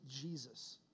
Jesus